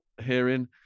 hearing